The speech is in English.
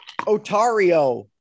Otario